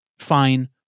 Fine